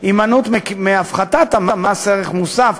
הימנעות מהפחתת מס ערך מוסף,